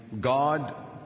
God